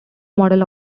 model